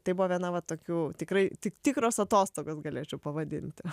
tai buvo viena va tokių tikrai tik tikros atostogos galėčiau pavadinti